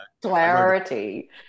clarity